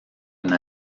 une